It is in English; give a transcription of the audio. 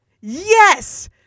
Yes